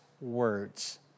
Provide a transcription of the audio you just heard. words